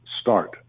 start